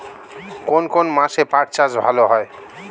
কোন কোন মাসে পাট চাষ ভালো হয়?